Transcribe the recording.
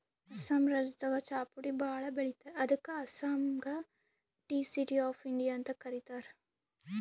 ಅಸ್ಸಾಂ ರಾಜ್ಯದಾಗ್ ಚಾಪುಡಿ ಭಾಳ್ ಬೆಳಿತಾರ್ ಅದಕ್ಕ್ ಅಸ್ಸಾಂಗ್ ಟೀ ಸಿಟಿ ಆಫ್ ಇಂಡಿಯಾ ಅಂತ್ ಕರಿತಾರ್